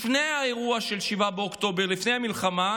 לפני האירוע של 7 באוקטובר, לפני המלחמה,